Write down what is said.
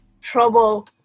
trouble